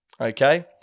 Okay